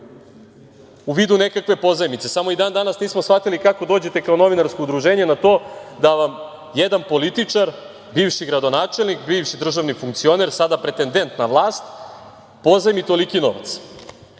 u vidu nekakve pozajmice. Samo i dan danas nismo shvatili kako dođete kao novinarsko udruženje na to da vam jedan političar, bivši gradonačelnik, bivši državni funkcioner, sada pretendent na vlast pozajmi toliki novac. Ono